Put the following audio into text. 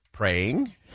Praying